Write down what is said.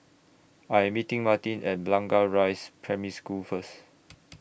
I Am meeting Martin At Blangah Rise Primary School First